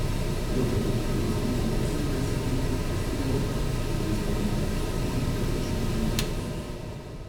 jo kapitonas buvo pasiūlęs jį už zakristijoną kuris pamokytų skaityti ir rašyti mažuosius